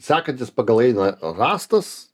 sekantis pagal eina rąstas